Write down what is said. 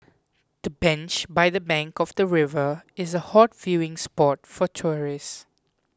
the bench by the bank of the river is a hot viewing spot for tourists